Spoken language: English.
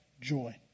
joy